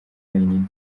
wenyine